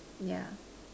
yeah